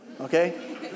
Okay